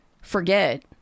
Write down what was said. forget